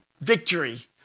victory